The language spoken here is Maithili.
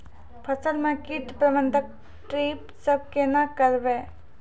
फसल म कीट प्रबंधन ट्रेप से केना करबै?